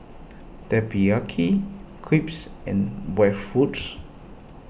Teriyaki Crepes and